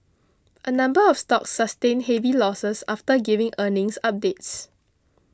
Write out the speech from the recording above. a number of stocks sustained heavy losses after giving earnings updates